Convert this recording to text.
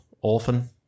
orphan